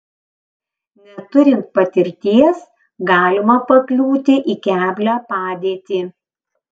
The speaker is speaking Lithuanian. neturint patirties galima pakliūti į keblią padėtį